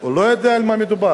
הוא לא יודע על מה מדובר,